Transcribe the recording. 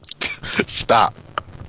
Stop